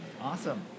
awesome